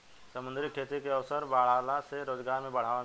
समुंद्री खेती के अवसर बाढ़ला से रोजगार में बढ़ावा मिलेला